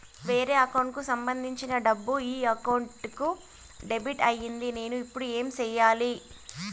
వేరే అకౌంట్ కు సంబంధించిన డబ్బు ఈ అకౌంట్ కు డెబిట్ అయింది నేను ఇప్పుడు ఏమి సేయాలి